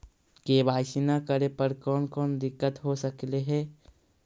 KYC न करे पर कौन कौन दिक्कत हो सकले हे?